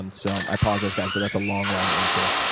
and so um i apologize, guys, but that's a long long answer.